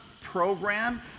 program